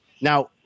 Now